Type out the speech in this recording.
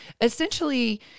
essentially